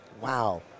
Wow